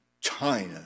China